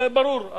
זה ברור.